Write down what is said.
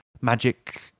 magic